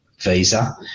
visa